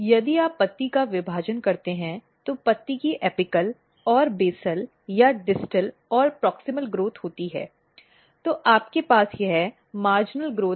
यदि आप इस पत्ती का विभाजन करते हैं तो पत्ती की एपिकल और बेसल या डिस्टल और प्रॉक्सिमल ग्रोथ होती है तो आपके पास यह मार्जिनल ग्रोथ है